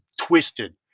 twisted